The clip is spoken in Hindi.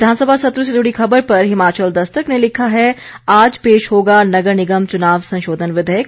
विधानसभा सत्र से जुड़ी खबर पर हिमाचल दस्तक ने लिखा है आज पेश होगा नगर निगम चुनाव संशोधन विधेयक